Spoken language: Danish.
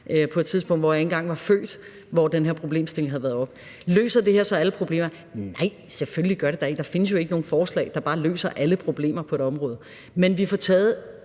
på et tidspunkt, hvor jeg ikke engang var født, hvor den her problemstilling havde været oppe. Løser det her så alle problemer? Nej, selvfølgelig gør det ikke det. Der findes jo ikke nogen forslag, der bare løser alle problemer på et område, men vi får taget